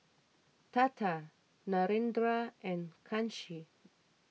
Tata Narendra and Kanshi